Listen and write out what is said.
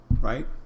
Right